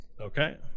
Okay